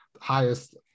highest